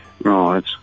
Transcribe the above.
Right